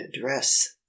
dress